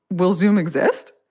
we'll zoom exist.